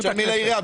תשלמי לעירייה,